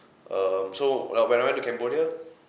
um so when I went to cambodia